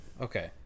Okay